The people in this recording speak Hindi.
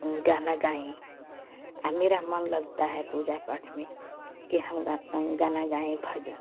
गाना गाएँ और मेरा मन लगता है पूजा पाठ में कि हम गाना गाना गाएँ भजन